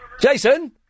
Jason